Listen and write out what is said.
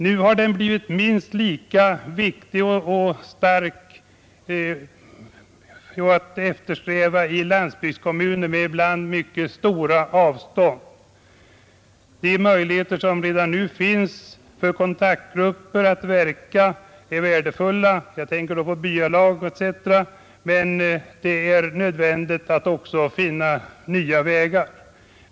Nu har det blivit minst lika starkt en åtgärd för landsbygdskommuner med ibland mycket stora avständ. De möjligheter som redan nu finns för kontaktgrupper att verka är värdefulla — jag tänker då på byalag etc. Men det är nödvändigt att också finna nya vägar.